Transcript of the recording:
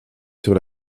sur